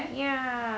ya